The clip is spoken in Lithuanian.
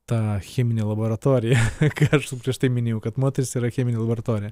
ta cheminė laboratorija ką aš prieš tai minėjau kad moteris yra cheminė laboratorija